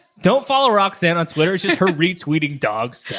don't follow roxanne on twitter. it's just her retweeting dog stuff.